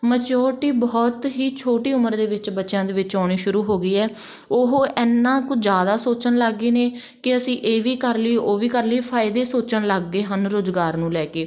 maturity ਬਹੁਤ ਹੀ ਛੋਟੀ ਉਮਰ ਦੇ ਵਿੱਚ ਬੱਚਿਆਂ ਦੇ ਵਿੱਚ ਆਉਣੀ ਸ਼ੁਰੂ ਹੋ ਗਈ ਹੈ ਉਹ ਇੰਨਾ ਕੁ ਜ਼ਿਆਦਾ ਸੋਚਣ ਲੱਗ ਗਏ ਨੇ ਕਿ ਅਸੀਂ ਇਹ ਵੀ ਕਰ ਲਈਏ ਉਹ ਵੀ ਕਰ ਲਈਏ ਫਾਇਦੇ ਸੋਚਣ ਲੱਗ ਗਏ ਹਨ ਰੁਜ਼ਗਾਰ ਨੂੰ ਲੈ ਕੇ